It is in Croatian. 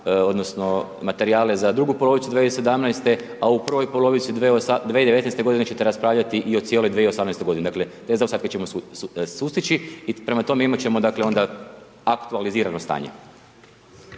odnosno materijale za drugu polovicu 2017. a u prvoj polovici 2019. godine ćete raspravljati i o cijeloj 2018. godini dakle te zaostatke ćemo sustići i prema tome imati ćemo dakle onda aktualizirano stanje.